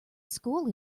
school